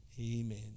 Amen